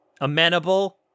Amenable